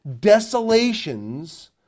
desolations